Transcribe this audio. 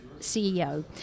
ceo